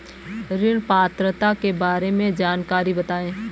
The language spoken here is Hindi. ऋण पात्रता के बारे में जानकारी बताएँ?